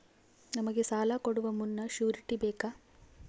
ನಮಗೆ ಸಾಲ ಕೊಡುವ ಮುನ್ನ ಶ್ಯೂರುಟಿ ಬೇಕಾ?